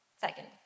Second